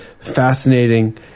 fascinating